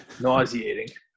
nauseating